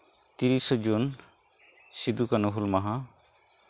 ᱛᱤᱨᱤᱥᱮ ᱡᱩᱱ ᱥᱤᱫᱩ ᱠᱟᱹᱱᱦᱩ ᱦᱩᱞ ᱢᱟᱦᱟ